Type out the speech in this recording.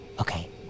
Okay